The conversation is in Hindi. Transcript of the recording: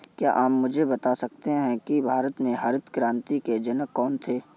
क्या आप मुझे बता सकते हैं कि भारत में हरित क्रांति के जनक कौन थे?